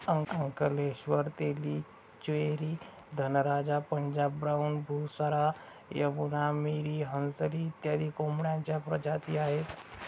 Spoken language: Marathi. अंकलेश्वर, तेलीचेरी, धनराजा, पंजाब ब्राऊन, बुसरा, यमुना, मिरी, हंसली इत्यादी कोंबड्यांच्या प्रजाती आहेत